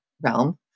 realm